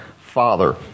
Father